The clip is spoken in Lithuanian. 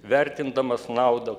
vertindamas naudą